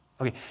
Okay